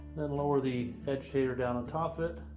then lower the agitator down on top of it